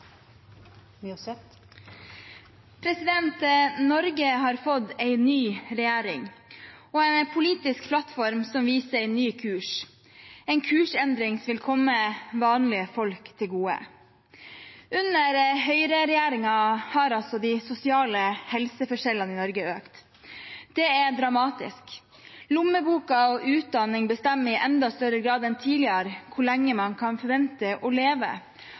Norge har fått en ny regjering og en politisk plattform som viser ny kurs, en kursendring som vil komme vanlige folk til gode. Under høyreregjeringen har altså de sosiale helseforskjellene i Norge økt. Det er dramatisk. Lommeboka og utdanning bestemmer i enda større grad enn tidligere hvor lenge man kan forvente å leve,